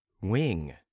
Wing